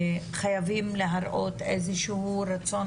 היו מקרים בשנתיים האחרונות של מטפלים?